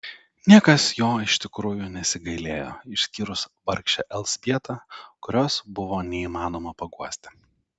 niekas jo iš tikrųjų nesigailėjo išskyrus vargšę elzbietą kurios buvo neįmanoma paguosti